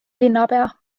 linnapea